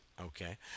Okay